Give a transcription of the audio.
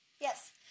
Yes